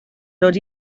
dod